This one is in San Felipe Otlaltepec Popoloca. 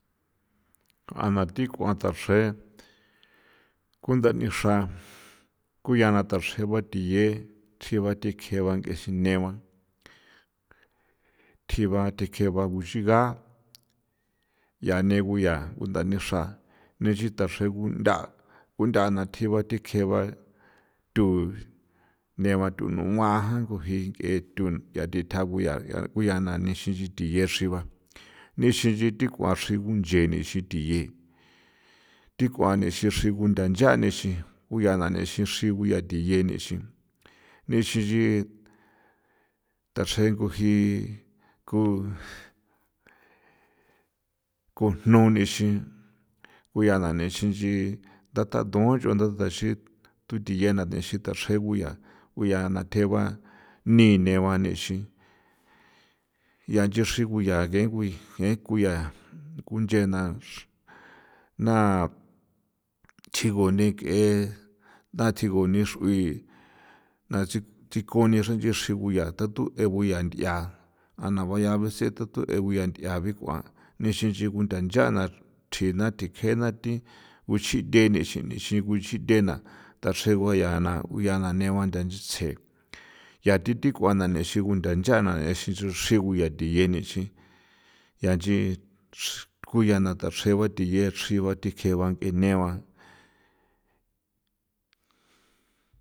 Ja'a na thi ko tachre kunthanixra ko yaa nthachre ba thie tsji dikje ba thi sine ba tsji ba dikje ba kuxigan ya née ko ya nixin tachri kunthe tsji ba dikje ba neba thu núa nixinxi thie chriba nixinxi dachre kunchi thie thi kua dachre ko jii ko nuni xi ko ya nane xi thu dun thi thu thie ixin tachri ko ya tjae ba ni'i neeba ixin ncha nchechrin ko ya ko ya kunchee na tsji ko ni xruin na nchikuni ya tha the kue ko ya ncha na guaya tha thisen nixinxi thjina thi tsje ko xi thene xi dachre ba ya neeba ntha chitjse ncha thi kua nene ba nthachana ixin ko yaana tho chre ko the yaa dachre ba ban jine ban.